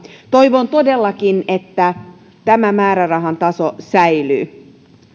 toivon todellakin että tämä määrärahan taso säilyy